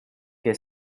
que